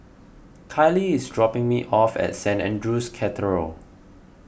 Kylie is dropping me off at Saint andrew's Cathedral